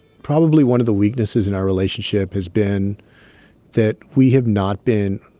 probably one of the weaknesses in our relationship has been that we have not been,